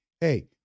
Hey